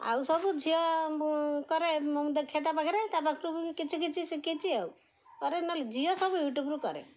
ଆଉ ସବୁ ଝିଅ ମୁଁ କରେ ମୁଁ ଦେଖେ ତା ପାଖରେ ତା ପାଖରୁ ବି କିଛି କିଛି ଶିଖିଛି ଆଉ କରେ ନହେଲେ ଝିଅ ସବୁ ୟୁଟ୍ୟୁବରୁ କରେ